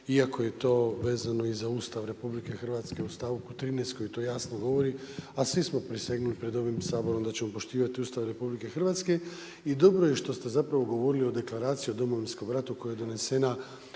iako je to vezano i za Ustav RH u stavku 13. koji to jasno govori a svi smo prisegnuli pred ovim Saborom da ćemo poštivati Ustav RH i dobro je što ste zapravo govorilo o deklaraciji o Domovinskom ratu koja je donesena